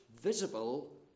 visible